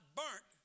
burnt